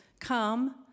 Come